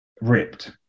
ripped